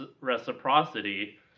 reciprocity